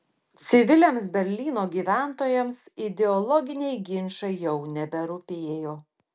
civiliams berlyno gyventojams ideologiniai ginčai jau neberūpėjo